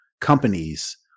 Companies